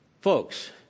folks